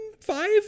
Five